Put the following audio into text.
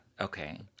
Okay